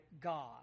God